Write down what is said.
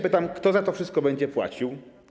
Pytam: Kto za to wszystko będzie płacił?